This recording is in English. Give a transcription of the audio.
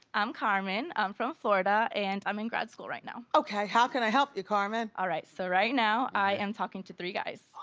i'm carmen, i'm from florida, and i'm in grad school right now. okay, how can i help you, carmen? all right, so right now i am talking to three guys.